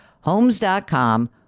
Homes.com